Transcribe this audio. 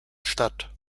statt